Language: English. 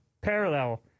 parallel